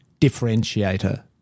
differentiator